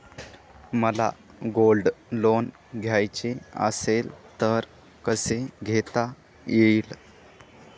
मला gold loan घ्यायचे असेल तर कसे घेता येईल?